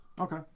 Okay